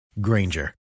Granger